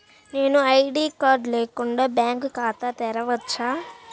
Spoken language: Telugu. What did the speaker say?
నేను ఐ.డీ కార్డు లేకుండా బ్యాంక్ ఖాతా తెరవచ్చా?